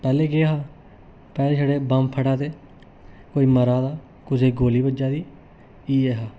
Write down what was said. पैहलें केह् हा पैहलें छड़े बम्ब फटा दे कोई मरा दा कुसै गी गोली बज्जा दी इयै हा